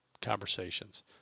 conversations